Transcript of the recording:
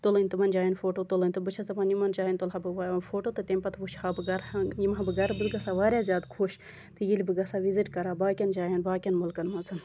تُلٕنۍ تہٕ تِمن جایَن فوٹو تُلٕنۍ بہٕ چھَس دَپان کہِ یِمَن جایَن تُلہا بہٕ فوٹو تہٕ تمہِ پَتہٕ وٕچھ ہا بہٕ گَرٕ یِمہٕ ہا بہٕ گَرٕ بہٕ گَژھ ہا واریاہ زیاد خۄش تہٕ ییٚلہِ بہٕ گَژھِ ہا وِزِٹ کَرہہَ باقیَن جایَن باقیَن مُلکَن مَنٛز